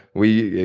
we,